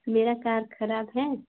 मेरी कार ख़राब है